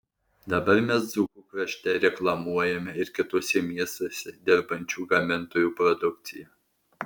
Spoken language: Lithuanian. dabar mes dzūkų krašte reklamuojame ir kituose miestuose dirbančių gamintojų produkciją